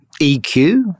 EQ